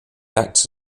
acts